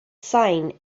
sign